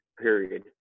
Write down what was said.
period